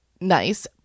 nice